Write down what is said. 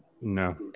No